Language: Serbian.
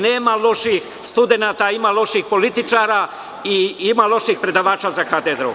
Nema loših studenata, ima loših političara i ima loših predavača za katedru.